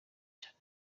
cyane